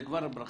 זה כבר ברכה.